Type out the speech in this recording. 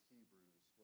Hebrews